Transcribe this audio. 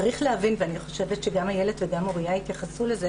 צריך להבין ואני חושבת שגם אילת ומוריה התייחסו לזה